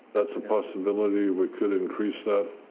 that's a possibility we could increase